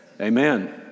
Amen